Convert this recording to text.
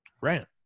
Right